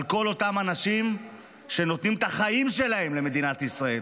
על כל אותם אנשים שנותנים את החיים שלהם למדינת ישראל.